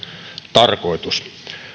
tarkoitus